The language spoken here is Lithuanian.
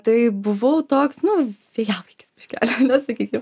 tai buvau toks nu vėjavaikis biškelį ane sakykime